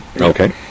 Okay